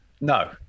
No